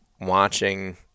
watching